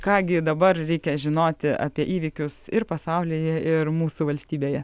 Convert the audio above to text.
ką gi dabar reikia žinoti apie įvykius ir pasaulyje ir mūsų valstybėje